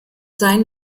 sein